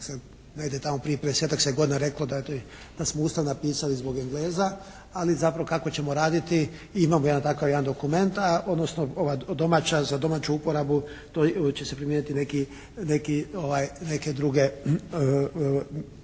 ne ide, prije 50-tak se godina reklo da smo Ustav napisali zbog Engleza, ali zapravo kako ćemo raditi i imamo jedan takav jedan dokumenta, odnosno ova domaća, za domaću uporabu to će se primijeniti neke druge